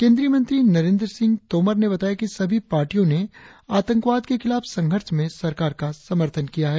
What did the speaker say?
केन्द्रीय मंत्री नरेन्द्र सिंह तोमर ने बताया सभी पार्टियों ने आतंकवाद के खिलाफ संघर्ष में सरकार का समर्थन किया है